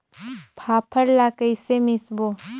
फाफण ला कइसे मिसबो?